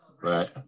Right